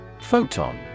Photon